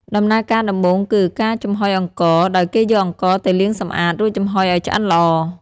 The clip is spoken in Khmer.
ដំណើរការដំបូងគឺ ការចំហុយអង្ករ ដោយគេយកអង្ករទៅលាងសម្អាត រួចចំហុយឱ្យឆ្អិនល្អ។